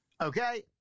okay